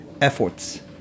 efforts